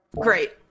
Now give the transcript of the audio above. Great